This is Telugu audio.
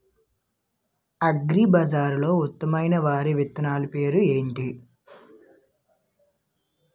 అగ్రిబజార్లో ఉత్తమమైన వరి విత్తనాలు పేర్లు ఏంటి?